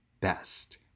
Best